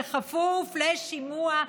בכפוף לשימוע,